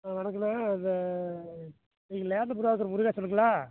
ஆ வணக்கம்ண்ண இந்த நீங்கள் லேண்டு ப்ரோக்கர் முருகேசனுங்களா